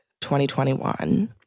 2021